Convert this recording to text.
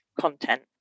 content